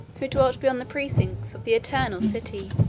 who dwelt beyond the precincts of the eternal city.